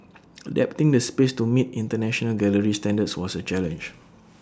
adapting the space to meet International gallery standards was A challenge